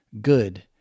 good